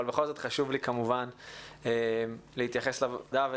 אבל בכל זאת חשוב לי להתייחס לוועדה ולענייניה.